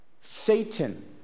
Satan